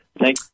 Thank